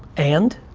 and?